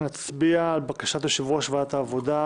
נצביע על בקשת יושב-ראש ועדת העבודה,